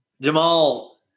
Jamal